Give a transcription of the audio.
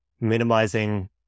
minimizing